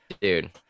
dude